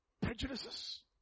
Prejudices